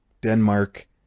Denmark